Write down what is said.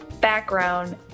background